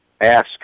ask